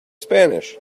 spanish